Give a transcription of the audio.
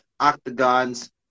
octagons